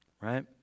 right